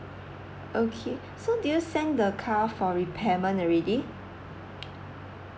okay so do you send the car for repairment already